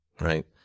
right